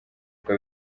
uko